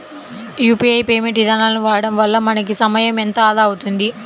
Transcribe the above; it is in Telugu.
యూపీఐ పేమెంట్ ఇదానాలను వాడడం వల్ల మనకి సమయం ఎంతో ఆదా అవుతుంది